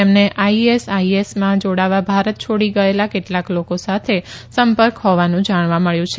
તેમને આઈએસઆઈએસમાં જાડાવા ભારત છોડી ગયેલા કેટલાક લોકો સાથે સંપર્ક હોવાનું જાણવા મળ્યું છે